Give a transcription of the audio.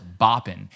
bopping